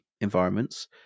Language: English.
environments